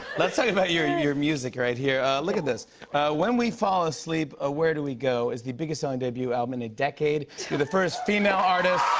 let's talk about your your music right here look at this when we fall asleep, ah where do we go is the biggest selling debut album in a decade. you're the first female artist